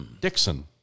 Dixon